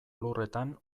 lurretan